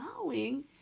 allowing